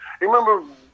remember